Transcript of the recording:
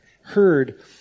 heard